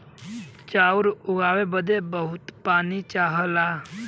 चाउर उगाए बदे बहुत पानी चाहला